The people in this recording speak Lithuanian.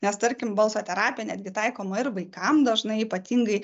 nes tarkim balso terapija netgi taikoma ir vaikam dažnai ypatingai